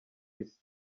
isi